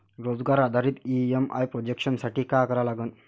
रोजगार आधारित EMI projection साठी का करा लागन?